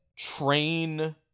train